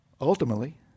ultimately